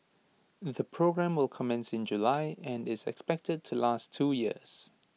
the programme will commence in July and is expected to last two years